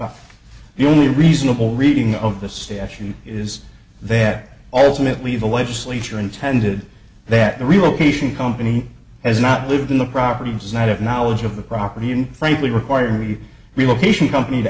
but the only reasonable reading of the statute is that alternately the legislature intended that the relocation company has not lived in the property does not have knowledge of the property and frankly required you relocation company to